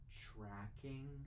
tracking